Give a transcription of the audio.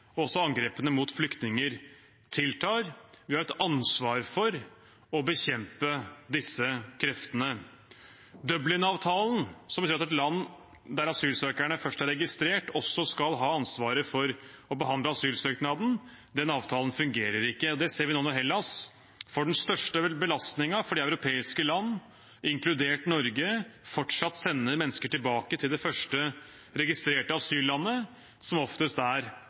og angrepene mot flyktninger tiltar. Vi har et ansvar for å bekjempe disse kreftene. Dublin-avtalen, som sier at landet der asylsøkeren først er registrert, også skal ha ansvaret for å behandle asylsøknaden, fungerer ikke. Det ser vi nå når Hellas får den største belastningen fordi europeiske land, inkludert Norge, fortsatt sender mennesker tilbake til det første registrerte asyllandet, som oftest er